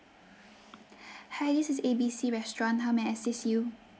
hi this is A B C restaurant how may I assist you